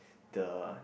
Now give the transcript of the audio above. the